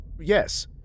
yes